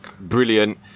brilliant